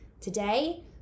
today